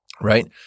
right